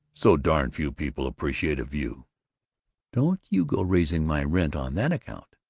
so darn few people appreciate a view don't you go raising my rent on that account!